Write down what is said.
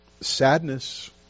sadness